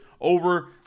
over